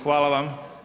Hvala vam.